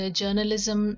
journalism